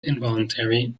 involuntary